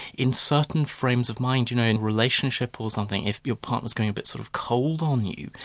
in certain frames of mind, you know, in relationships or something, if your partner's going a bit sort of cold on you,